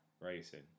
racing